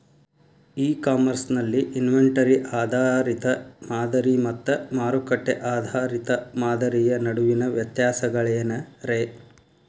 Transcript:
E commerce ನಲ್ಲಿ inventory ಆಧಾರಿತ ಮಾದರಿ ಮತ್ತ ಮಾರುಕಟ್ಟೆ ಆಧಾರಿತ ಮಾದರಿಯ ನಡುವಿನ ವ್ಯತ್ಯಾಸಗಳೇನ ರೇ?